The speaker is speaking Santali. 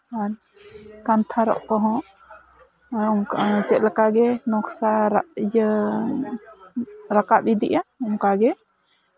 ᱟᱨ ᱠᱷᱟᱱᱛᱟ ᱨᱚᱜ ᱠᱚᱦᱚᱸ ᱪᱮᱫ ᱞᱮᱠᱟᱜᱮ ᱱᱚᱠᱥᱟ ᱤᱭᱟᱹ ᱨᱟᱠᱟᱵᱽ ᱤᱫᱤᱜᱼᱟ ᱚᱱᱠᱟᱜᱮ